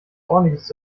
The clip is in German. ordentliches